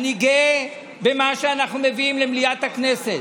אני גאה במה שאנחנו מביאים למליאת הכנסת.